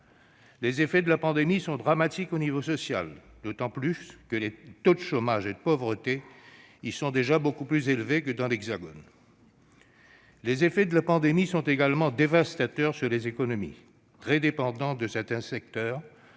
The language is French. Les effets de la pandémie sont dramatiques du point de vue social, d'autant que les taux de chômage et de pauvreté sont déjà, dans ces territoires, beaucoup plus élevés que dans l'Hexagone. Les effets de la pandémie sont également dévastateurs sur les économies, qui sont très dépendantes de certains secteurs,